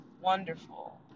Wonderful